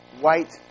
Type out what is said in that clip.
white